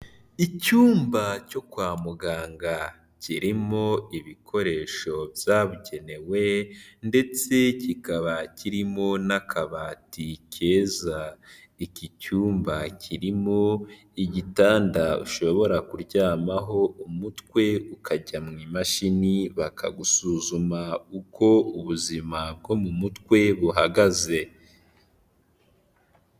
Icyumba cyo kwa muganga kirimo ibikoresho byabugenewe ndetse kikaba kirimo n'akabati keza, iki cyumba kirimo igitanda ushobora kuryamaho umutwe ukajya mu mashini bakagusuzuma uko ubuzima bwo mu mutwe buhagaze.